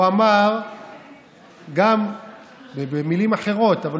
אמר במילים אחרות: